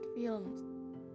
films